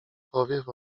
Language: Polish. powiew